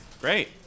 great